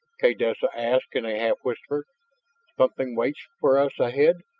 kaydessa asked in a half whisper. something waits for us ahead.